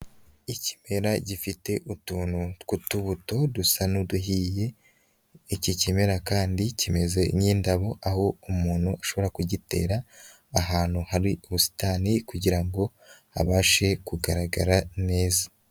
Ikimera gifite utuntu tw'utubuto dusa n'uduhiye, iki kimera kandi kimeze nk'indabo, aho umuntu ashobora kugitera ahantu hari ubusitani kugira ngo habashe kugaragara neza.